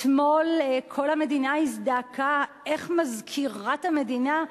אתמול כל המדינה הזדעקה איך מזכירת המדינה,